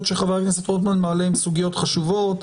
שחבר הכנסת רוטמן מעלה הן סוגיות חשובות,